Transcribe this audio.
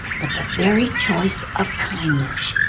but the very choice of kindness.